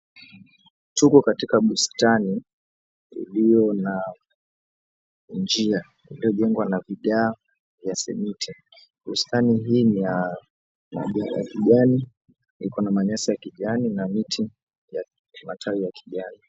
Tuko katika bustani ilio na njia ilojengwa vigae vya simiti. Bustani hii ni ya mazingira ya kijani na iko na manyasi ya kijani na miti matawi ya kijani.